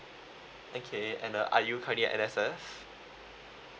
okay and uh are you currently a N_S_S